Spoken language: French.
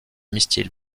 missiles